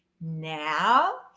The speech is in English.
now